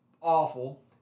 awful